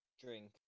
Drink